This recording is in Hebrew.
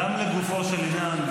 גם לגופו של עניין,